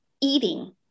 eating